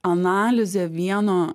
analizė vieno